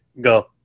go